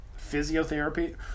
Physiotherapy